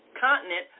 continent